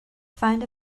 find